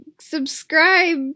subscribe